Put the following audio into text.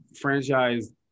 franchise